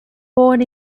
born